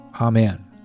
Amen